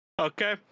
okay